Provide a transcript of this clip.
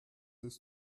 ist